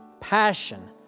passion